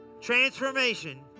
transformation